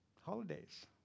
Holidays